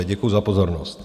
Děkuji za pozornost.